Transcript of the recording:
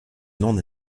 non